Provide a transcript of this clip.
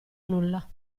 nulla